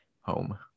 home